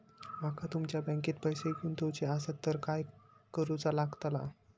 माका तुमच्या बँकेत पैसे गुंतवूचे आसत तर काय कारुचा लगतला?